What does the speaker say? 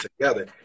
together